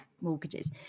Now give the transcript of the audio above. mortgages